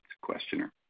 questioner